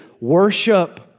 Worship